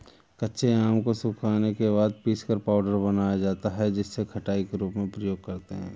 कच्चे आम को सुखाने के बाद पीसकर पाउडर बनाया जाता है जिसे खटाई के रूप में प्रयोग करते है